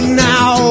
now